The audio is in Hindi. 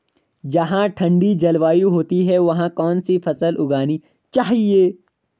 जहाँ ठंडी जलवायु होती है वहाँ कौन सी फसल उगानी चाहिये?